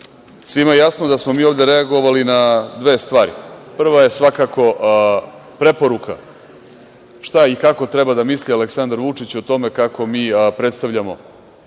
je jasno da smo mi ovde reagovali na dve stvari. Prva je, svakako preporuka šta i kako treba da misli Aleksandar Vučić o tome kako mi predstavljamo